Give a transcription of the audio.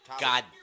God